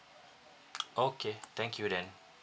okay thank you then